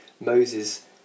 Moses